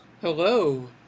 Hello